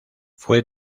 fue